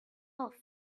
off